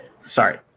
Sorry